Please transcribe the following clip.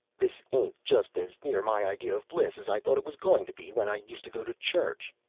this ain't just as near my idea of bliss as i thought it was going to be, when i used to go to church.